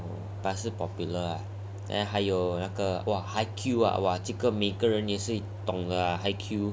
but 是 popular ah eh 还有那个 !wah! haikyuu ah 这个每个人也是懂得 haikyuu